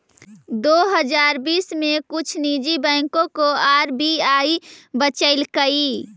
दो हजार बीस में कुछ निजी बैंकों को आर.बी.आई बचलकइ